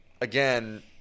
Again